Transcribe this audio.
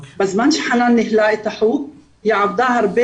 בזמן שחנאן ניהלה את החוג היא עבדה הרבה